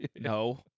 no